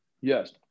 Yes